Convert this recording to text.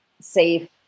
safe